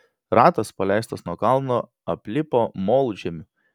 ratas paleistas nuo kalno aplipo molžemiu